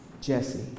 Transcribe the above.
Jesse